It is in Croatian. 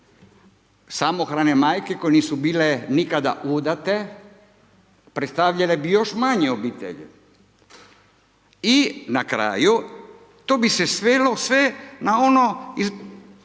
samohrane majke koje nisu bile nikada udate predstavljale bi još manje obitelj i na kraju to bi se svelo sve na ono doba